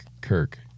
Kirk